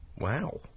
Wow